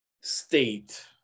state